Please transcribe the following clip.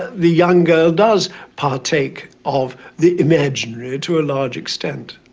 the young girl does partake of the imaginary to a large extent.